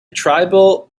tribal